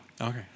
Okay